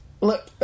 look